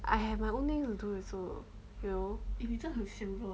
I have my own thing to do also you know